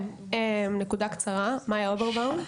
מיה אוברבאום.